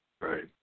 Right